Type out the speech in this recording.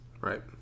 Right